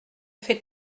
fait